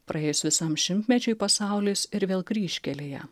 praėjus visam šimtmečiui pasaulis ir vėl kryžkelėje